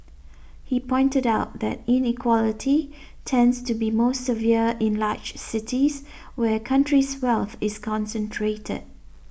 he pointed out that inequality tends to be most severe in large cities where country's wealth is concentrated